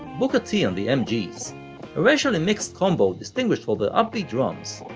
booker t. and the mgs, a racially mixed combo distinguished for their upbeat drums,